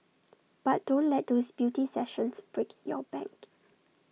but don't let those beauty sessions break your bank